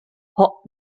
hot